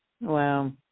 Wow